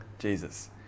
Jesus